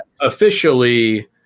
Officially